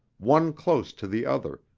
one close to the other,